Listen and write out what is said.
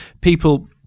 people